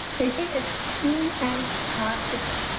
they say as soon as possible